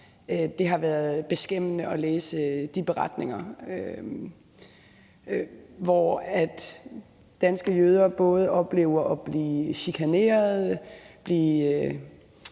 Det har været beskæmmende at læse beretningerne om, at danske jøder både oplever at blive chikaneret,